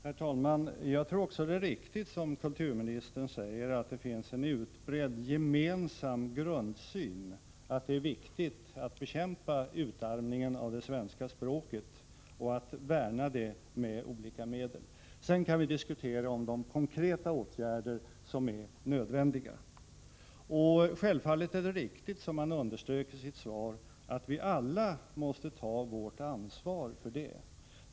Herr talman! Jag tror också att det är riktigt, som kulturministern säger, att det finns en utbredd gemensam grundsyn, att det är viktigt att bekämpa utarmningen av det svenska språket och att värna det med olika medel. Sedan kan vi diskutera de konkreta åtgärder som är nödvändiga. Självfallet är det riktigt, som kulturministern underströk i sitt svar, att vi alla måste ta vårt ansvar för detta.